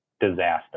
disaster